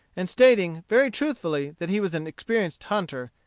and stating, very truthfully, that he was an experienced hunter,